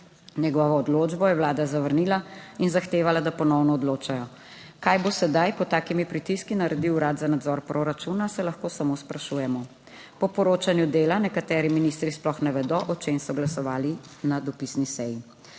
Njegovo odločbo je vlada zavrnila in zahtevala, da ponovno odločajo. Kaj bo sedaj pod takimi pritiski naredil Urad za nadzor proračuna, se lahko samo sprašujemo. Po poročanju Dela nekateri ministri sploh ne vedo, o čem so glasovali na dopisni seji.